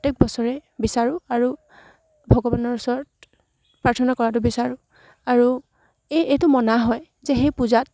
প্ৰত্যেক বছৰে বিচাৰোঁ আৰু ভগৱানৰ ওচৰত প্ৰাৰ্থনা কৰাটো বিচাৰোঁ আৰু এই এইটো মনা হয় যে সেই পূজাত